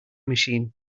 machine